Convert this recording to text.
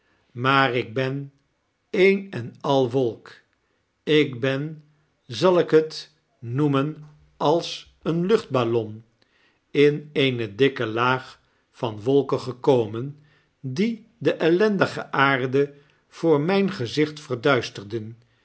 raaar ik b e n een en al wolk ik ben zal ik het noemen als een luchtballon in eene dikke laag van wolken gekomen die de ellendige aarde voor mijngezicht verduisterden